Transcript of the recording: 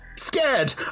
Scared